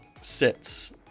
sits